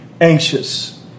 anxious